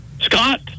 Scott